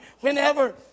whenever